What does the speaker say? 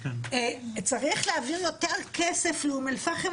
צריך להעביר יותר כסף לאום אל-פחם,